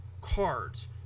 cards